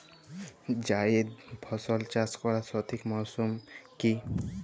জায়েদ ফসল চাষ করার সঠিক মরশুম কি?